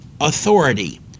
authority